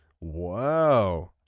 Wow